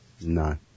No